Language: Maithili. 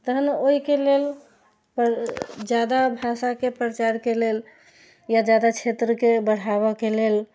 तखन ओहिके लेल ज्यादा भाषाके प्रचारके लेल या ज्यादा क्षेत्रके बढ़ाबयके लेल